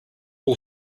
all